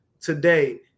today